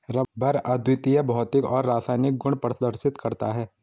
rubber अद्वितीय भौतिक और रासायनिक गुण प्रदर्शित करता है